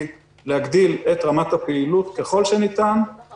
להגדיל את רמת הפעילות ככל הניתן תוך